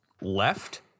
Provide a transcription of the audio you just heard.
left